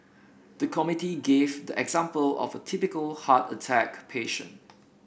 the committee gave the example of a typical heart attack patient